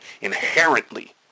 inherently